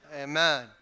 Amen